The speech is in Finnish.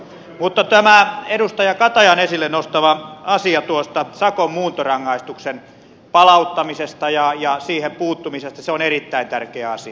mutta tämä edustaja katajan esille nostama asia tuosta sakon muuntorangaistuksen palauttamisesta ja siihen puuttumisesta on erittäin tärkeä asia